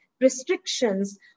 restrictions